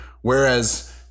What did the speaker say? whereas